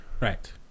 Right